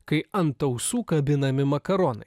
kai ant ausų kabinami makaronai